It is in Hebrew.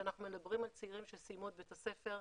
כשאנחנו מדברים על צעירים שסיימו את בית הספר,